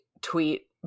tweet